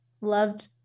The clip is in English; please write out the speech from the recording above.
loved